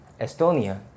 Estonia